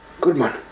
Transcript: Goodman